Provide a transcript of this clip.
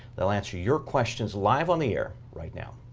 they'll answer your questions live on the air right now.